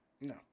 No